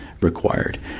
required